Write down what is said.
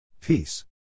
Peace